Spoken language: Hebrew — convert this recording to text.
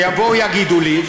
שיבואו ויגידו לי,